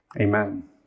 amen